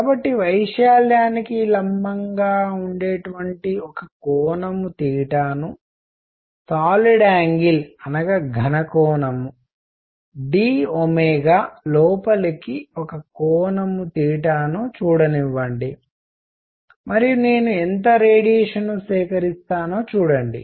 కాబట్టి వైశాల్యానికి లంబంగా ఉండేటటువంటి ఒక కోణం ను సాలిడ్ ఆంగిల్ ఘన కోణం d లోపలికి ఒక కోణం ను చూడనివ్వండి మరియు నేను ఎంత రేడియేషన్ ను సేకరిస్తానో చూడండి